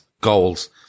Goals